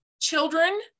children